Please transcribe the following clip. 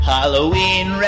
Halloween